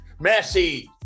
Messi